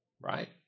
right